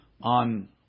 on